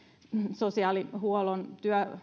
sosiaalihuollon